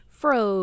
fro